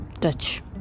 touch